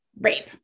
rape